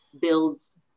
builds